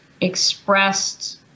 expressed